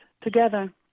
together